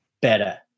better